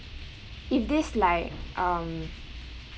if this like um